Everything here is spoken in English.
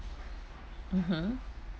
mmhmm